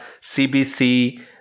CBC